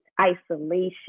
isolation